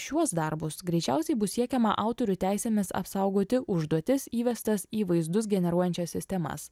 šiuos darbus greičiausiai bus siekiama autorių teisėmis apsaugoti užduotis įvestas į vaizdus generuojančias sistemas